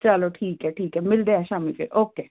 ਚਲੋ ਠੀਕ ਹੈ ਠੀਕ ਹੈ ਮਿਲਦੇ ਹਾਂ ਸ਼ਾਮੀ ਫੇਰ ਓਕੇ